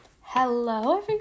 Hello